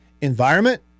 environment